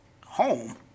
Home